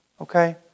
Okay